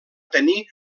tenir